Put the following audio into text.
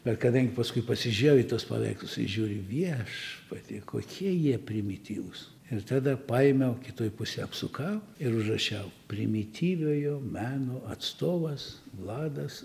bet kadangi paskui pasižiūrėjau į tuos paveikslus ir žiūriu viešpatie kokie jie primityvūs ir tada paėmiau kitoj pusėj apsukau ir užrašiau primityviojo meno atstovas vladas